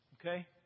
Okay